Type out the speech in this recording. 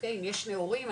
אם יש שני הורים,